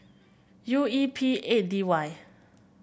U E P eight D Y